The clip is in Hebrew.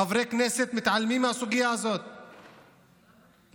חברי כנסת מתעלמים מהסוגיה הזאת, לנורבגיה?